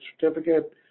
certificate